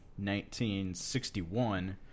1961